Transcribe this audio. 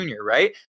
right